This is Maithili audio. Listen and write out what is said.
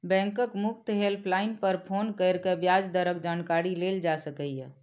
बैंकक मुफ्त हेल्पलाइन पर फोन कैर के ब्याज दरक जानकारी लेल जा सकैए